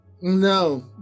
No